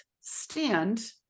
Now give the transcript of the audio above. stand